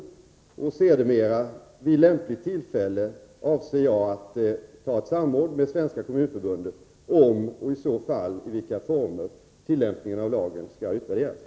Sedermera avser jag att vid lämpligt tillfälle ta upp ett samråd med Svenska kommunförbundet om och i så fall i vilka former tillämpningen av lagen skall utvärderas.